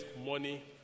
Money